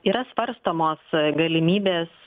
yra svarstomos galimybės